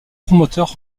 promoteurs